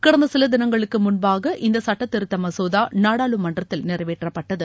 கடந்த சில தினங்களுக்கு முன்பாக இந்த சுட்டத் திருத்த மசோதா நாடாளுமன்றத்தில் நிறைவேற்ப்பட்டது